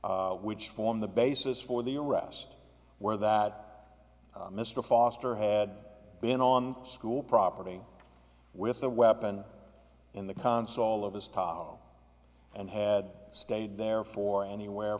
s which formed the basis for the arrest were that mr foster had been on school property with a weapon in the console of his top and had stayed there for anywhere